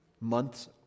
months